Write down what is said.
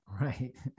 Right